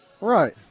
Right